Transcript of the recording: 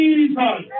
Jesus